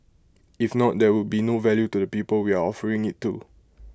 if not there would be no value to the people we are offering IT to